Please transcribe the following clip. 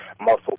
muscle